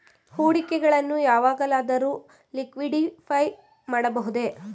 ಹೂಡಿಕೆಗಳನ್ನು ಯಾವಾಗಲಾದರೂ ಲಿಕ್ವಿಡಿಫೈ ಮಾಡಬಹುದೇ?